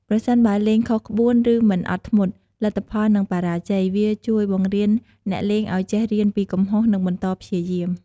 ប្រសិនបើលេងខុសក្បួន ឬមិនអត់ធ្មត់ លទ្ធផលនឹងបរាជ័យ វាជួយបង្រៀនអ្នកលេងឲ្យចេះរៀនពីកំហុស និងបន្តព្យាយាម។